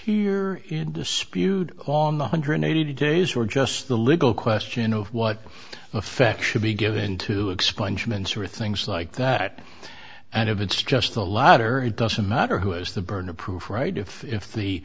here in dispute on the hundred eighty days or just the legal question of what effect should be given to expunge mincer things like that and if it's just the latter it doesn't matter who has the burden of proof right if if the